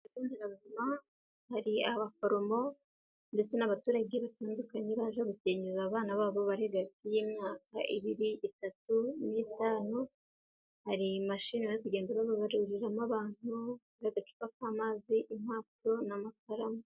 Ku kigo nderabuzima hari abaforomo ndetse n'abaturage batandukanye baje gukingiza abana babo bari hagati y'imyaka ibiri, itatu n'itanu, hari mashini bari kugenda babaruriramo abantu n'adacupa k'amazi, impapuro n'amakaramu.